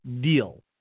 deal